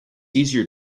easier